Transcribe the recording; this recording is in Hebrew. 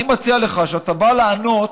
אני מציע לך שכשאתה בא לענות,